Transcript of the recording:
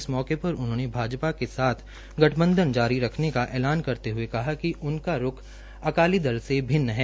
इस मौके पर उन्होने भाजपा के साथ गठबंधन जारी रखने का ऐनान करते हये कहा कि उनका रूख अकाली दल से भिन्न है